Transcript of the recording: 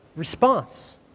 Response